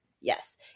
Yes